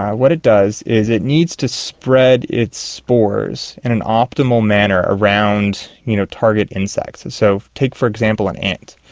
what it does is it needs to spread its spores in an optimal manner around you know target insects. and so take for example an ant.